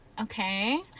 okay